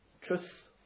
truth